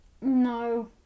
no